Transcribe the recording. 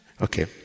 Okay